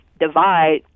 divide